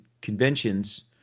conventions